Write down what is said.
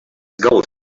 gold